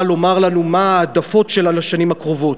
לומר לנו מה ההעדפות שלה לשנים הקרובות.